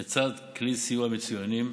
לצד כלי הסיוע המצוינים,